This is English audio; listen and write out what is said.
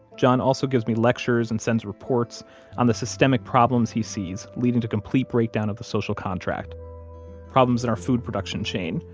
john also gives me lectures and sends reports on the systemic problems he sees leading to complete breakdown of the social contract problems in our food production chain,